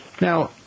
Now